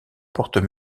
portent